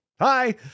Hi